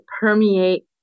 permeate